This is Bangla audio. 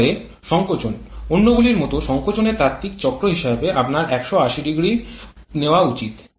এরপরে সংকোচন অন্যগুলির মতো সংকোচনের তাত্ত্বিক চক্র হিসাবে আপনার ১৮০০ নেওয়া উচিত